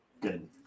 Good